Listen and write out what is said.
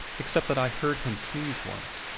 except that i heard him sneeze once.